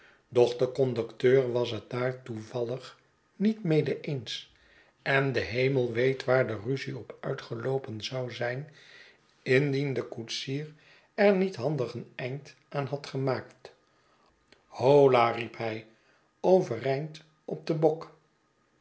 de conducteur was het daar toevallig niet mede eens en de hemel weet waar de ruzie op uitgeloopen zou zijn indien de koetsier er niet handig een einde aan had gemaakt holla riep hij overeind op den bok